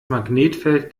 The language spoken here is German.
magnetfeld